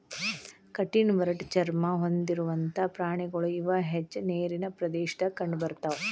ಕಠಿಣ ಒರಟ ಚರ್ಮಾ ಹೊಂದಿರುವಂತಾ ಪ್ರಾಣಿಗಳು ಇವ ಹೆಚ್ಚ ನೇರಿನ ಪ್ರದೇಶದಾಗ ಕಂಡಬರತಾವ